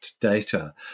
data